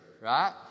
right